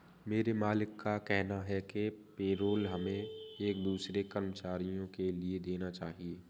मेरे मालिक का कहना है कि पेरोल हमें एक दूसरे कर्मचारियों के लिए देना चाहिए